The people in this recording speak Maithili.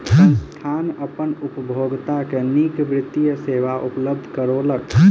संस्थान अपन उपभोगता के नीक वित्तीय सेवा उपलब्ध करौलक